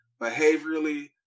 behaviorally